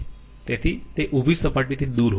તેથી તે ઉભી સપાટીથી દૂર હોય છે